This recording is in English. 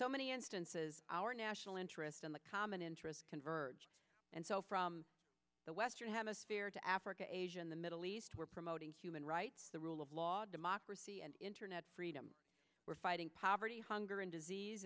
so many instances our national interest and the common interests converge and so from the western hemisphere to africa asia and the middle east we're promoting human rights the rule of law democracy and internet freedom we're fighting poverty hunger and disease